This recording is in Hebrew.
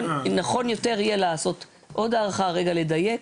נכון יותר יהיה לעשות עוד הארכה, רגע לדייק,